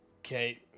okay